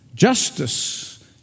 Justice